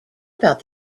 about